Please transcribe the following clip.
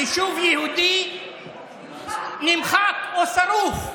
יישוב יהודי נמחק או שרוף.